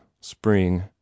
spring